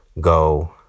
go